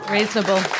Reasonable